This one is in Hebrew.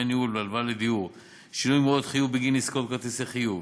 דמי ניהול הלוואה לדיור ושינוי מועד חיוב בגין עסקאות בכרטיסי חיוב.